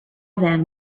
then